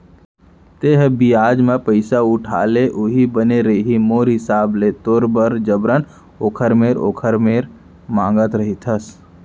तेंहा बियाज म पइसा उठा ले उहीं बने रइही मोर हिसाब ले तोर बर जबरन ओखर मेर ओखर मेर मांगत रहिथस